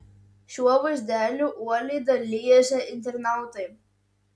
šiuo vaizdeliu uoliai dalijasi internautai